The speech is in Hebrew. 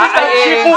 אתם תמשיכו,